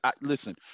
Listen